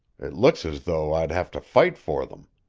it looks as though i'd have to fight for them.